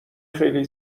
خیلی